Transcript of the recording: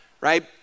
right